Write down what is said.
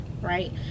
right